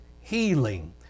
healing